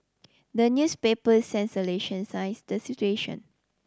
the newspapers the situation